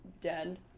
dead